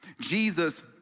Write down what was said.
Jesus